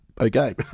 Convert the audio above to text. okay